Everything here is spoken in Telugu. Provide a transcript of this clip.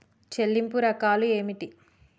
చెల్లింపు రకాలు ఏమిటి?